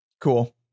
Cool